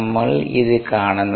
നമ്മൾ ഇത് കാണുന്നത്